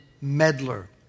meddler